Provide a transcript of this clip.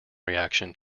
reaction